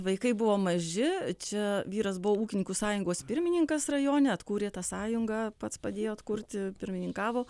vaikai buvo maži čia vyras buvo ūkininkų sąjungos pirmininkas rajone atkūrė tą sąjungą pats padėjo atkurti pirmininkavo